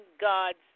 gods